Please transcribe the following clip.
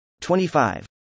25